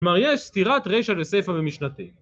כלומר, יש סתירת רישא וסיפא במשנתינו.